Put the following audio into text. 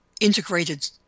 integrated